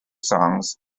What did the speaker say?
songs